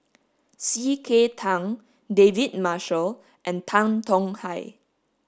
C K Tang David Marshall and Tan Tong Hye